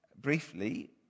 briefly